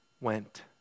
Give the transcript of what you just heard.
went